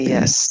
Yes